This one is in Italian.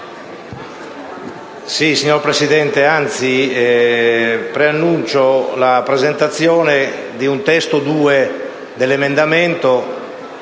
Signora Presidente, preannuncio la presentazione di un testo 2 dell’emendamento